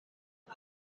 hij